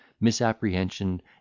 misapprehension